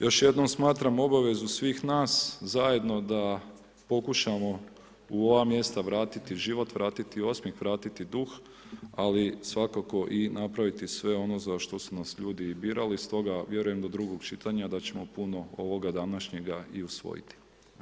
Još jednom smatram obavezu svih nas zajedno da pokušamo u ova mjesta vratiti život, vratiti osmjeh, vratiti duh, ali svakako i napraviti i sve ono za što su nas ljudi i birali, stoga vjerujem do drugog čitanja, da ćemo puno ovoga današnjega i usvojiti.